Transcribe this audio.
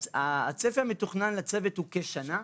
הצפי המתוכנן לצוות הוא כשנה,